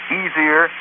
easier